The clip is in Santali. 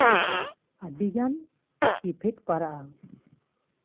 ᱟᱹᱰᱤᱜᱟᱱ ᱤᱯᱷᱮᱠᱴ ᱯᱟᱲᱟᱜᱼᱟ